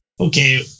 okay